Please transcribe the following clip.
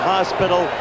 Hospital